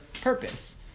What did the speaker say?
purpose